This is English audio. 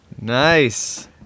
Nice